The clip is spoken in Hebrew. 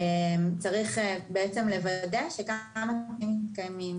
צריך לוודא שכמה נתונים קיימים.